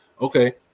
Okay